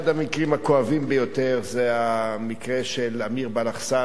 אחד המקרים הכואבים ביותר זה המקרה של אמיר בלחסן,